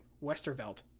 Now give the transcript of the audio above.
Westervelt